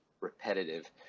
repetitive